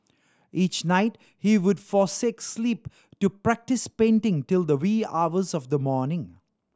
each night he would forsake sleep to practise painting till the wee hours of the morning